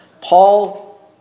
Paul